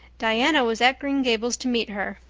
diana was at green gables to meet her.